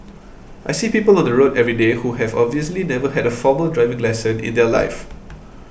I see people on the road everyday who have obviously never had a formal driving lesson in their life